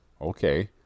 okay